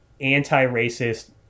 anti-racist